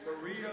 Maria